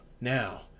Now